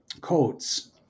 codes